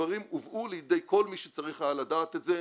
הדברים הובאו לידי כל מי שהיה צריך לדעת את זה,